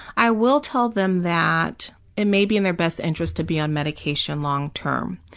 i will tell them that it may be in their best interest to be on medication long term,